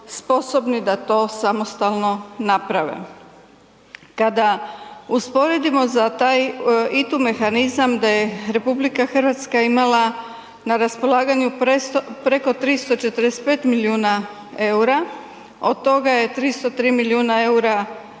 sposobni da to samostalno naprave. Kada usporedimo za taj ITU mehanizam da je RH imala na raspolaganju preko 345 milijuna eura, od toga je 303 milijuna eura